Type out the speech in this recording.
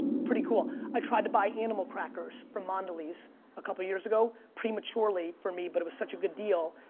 pretty cool. i tried to buy animal crackers from mondelez a couple years ago. prematurely for me, but it was such a good deal,